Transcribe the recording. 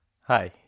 Hi